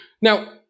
Now